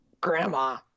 grandma